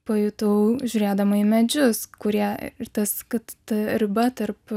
pajutau žiūrėdama į medžius kurie ir tas kad ta riba tarp